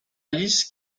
lisse